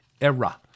era